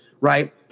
right